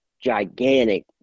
gigantic